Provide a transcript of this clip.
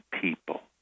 people